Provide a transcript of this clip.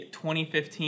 2015